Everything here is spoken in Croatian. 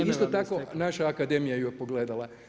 Isto tako naša Akademija ju je pogledala.